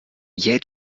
jetzt